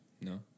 No